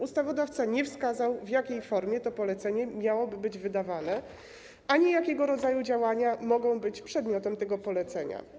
Ustawodawca nie wskazał, w jakiej formie to polecenie miałoby być wydawane ani jakiego rodzaju działania mogą być przedmiotem tego polecenia.